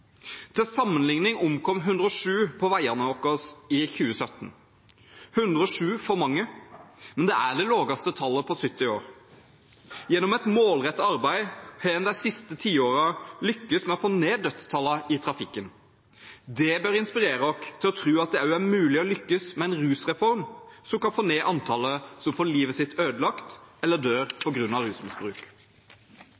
Til sammenligning omkom 107 på veiene våre i 2017, 107 for mange, men det er det laveste tallet på 70 år. Gjennom et målrettet arbeid har en de siste tiårene lyktes i å få ned dødstallene i trafikken. Det bør inspirere oss til å tro at det er mulig også å lykkes med en rusreform som kan få ned antallet som får livet sitt ødelagt eller dør